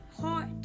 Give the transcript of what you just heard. heart